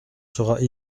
sera